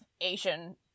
Asian